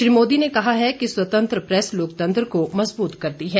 श्री मोदी ने कहा है कि स्वतंत्र प्रैस लोकतंत्र को मजबूत करती है